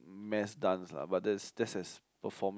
mass dance lah but that's that's as performing